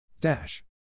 dash